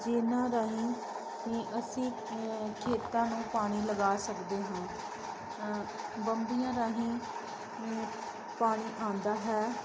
ਜਿਹਨਾਂ ਰਾਹੀਂ ਹੀ ਅਸੀਂ ਖੇਤਾਂ ਨੂੰ ਪਾਣੀ ਲਗਾ ਸਕਦੇ ਹਾਂ ਬੰਬੀਆਂ ਰਾਹੀਂ ਅ ਪਾਣੀ ਆਉਂਦਾ ਹੈ